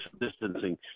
distancing